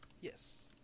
Yes